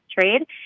trade